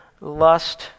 lust